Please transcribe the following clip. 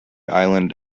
island